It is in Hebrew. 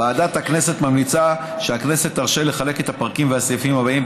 ועדת הכנסת ממליצה שהכנסת תרשה לחלק את הפרקים והסעיפים הבאים,